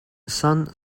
son